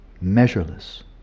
measureless